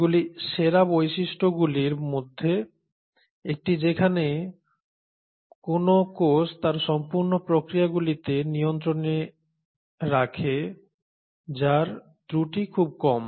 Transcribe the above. এগুলি সেরা বৈশিষ্ট্যগুলির মধ্যে একটি যেখানে কোন কোষ তার সম্পূর্ণ প্রক্রিয়াগুলিকে নিয়ন্ত্রণে রাখে যার ত্রুটি খুব কম